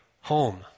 home